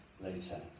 later